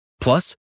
Plus